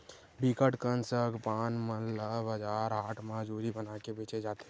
बिकट कन सग पान मन ल बजार हाट म जूरी बनाके बेंचे जाथे